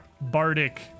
bardic